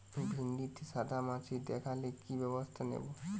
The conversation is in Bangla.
ভিন্ডিতে সাদা মাছি দেখালে কি ব্যবস্থা নেবো?